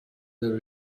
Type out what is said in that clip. there